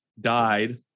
died